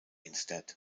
instead